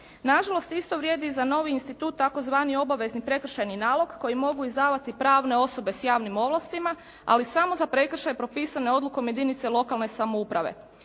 Na žalost isto vrijedi i za novi institut tzv. obavezni prekršajni nalog koji mogu izdavati pravne osobe s javnim ovlastima, ali samo za prekršaje propisane odlukom jedinice lokalne samouprave.